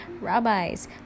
rabbis